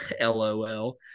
LOL